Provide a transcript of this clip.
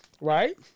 Right